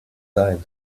sein